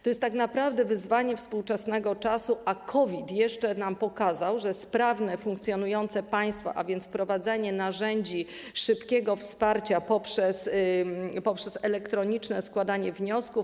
To jest tak naprawdę wyzwanie współczesnego czasu, a COVID jeszcze nam pokazał, że sprawne, funkcjonujące państwo, a więc wprowadzanie narzędzi szybkiego wsparcia poprzez elektroniczne składanie wniosków.